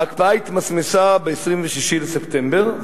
ההקפאה התמסמסה ב-26 בספטמבר,